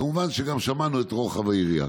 כמובן שגם שמענו את רוחב היריעה.